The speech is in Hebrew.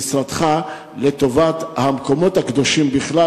לרשות משרדך לטובת המקומות הקדושים בכלל,